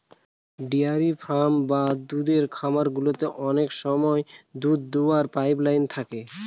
dairy farm বা দুধের খামার গুলোতে অনেক সময় দুধ দোওয়ার পাইপ লাইন থাকে